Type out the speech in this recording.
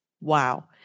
Wow